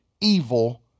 evil